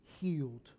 healed